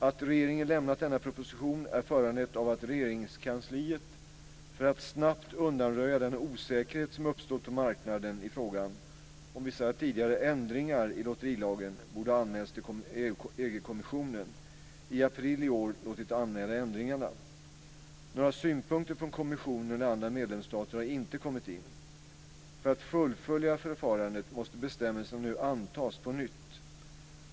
Att regeringen lämnat denna proposition är föranlett av att Regeringskansliet, för att snabbt undanröja den osäkerhet som uppstått på marknaden i frågan om vissa tidigare ändringar i lotterilagen borde ha anmälts till EG-kommissionen, i april i år låtit anmäla ändringarna. Några synpunkter från kommissionen eller andra medlemsstater har inte kommit in. För att fullfölja förfarandet måste bestämmelserna nu antas på nytt.